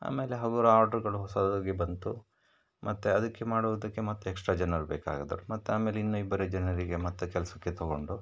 ಆಮೇಲೆ ಹಗುರ ಆರ್ಡ್ರಗಳು ಹೊಸದಾಗಿ ಬಂತು ಮತ್ತೆ ಅದಕ್ಕೆ ಮಾಡೋದಕ್ಕೆ ಮತ್ತು ಎಕ್ಸ್ಟ್ರಾ ಜನರು ಬೇಕಾದರು ಮತ್ತು ಆಮೇಲೆ ಇನ್ನೂ ಇಬ್ಬರು ಜನರಿಗೆ ಮತ್ತೆ ಕೆಲಸಕ್ಕೆ ತಗೊಂಡು